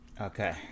Okay